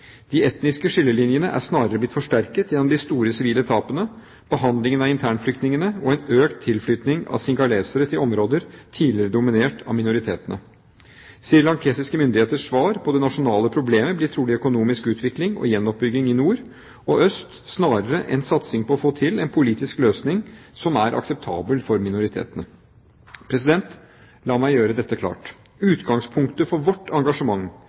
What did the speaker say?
De etniske skillelinjene er snarere blitt forsterket gjennom de store sivile tapene, behandlingen av internflytningene og en økt tilflytting av singalesere til områder tidligere dominert av minoritetene. Srilankiske myndigheters svar på det nasjonale problemet blir trolig økonomisk utvikling og gjenoppbygging i nord og øst snarere enn satsing på å få til en politisk løsning som er akseptabel for minoritetene. La meg gjøre dette klart: Utgangspunktet for vårt engasjement